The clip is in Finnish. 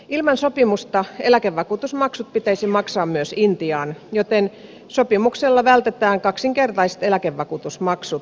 ilman sopimusta eläkevakuutusmaksut pitäisi maksaa myös intiaan joten sopimuksella vältetään kaksinkertaiset eläkevakuutusmaksut